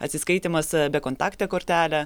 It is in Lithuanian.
atsiskaitymas bekontakte kortele